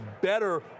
better